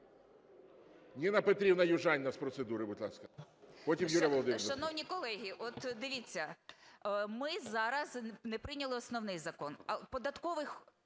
Ніна Петрівна Южаніна з процедури, будь ласка,